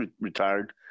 retired